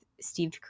steve